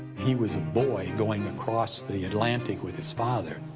he was a boy going across the atlantic with his father,